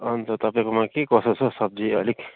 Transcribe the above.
अन्त तपाईँकोमा के कसो छ सब्जी अलिक